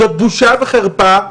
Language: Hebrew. זאת בושה וחרפה,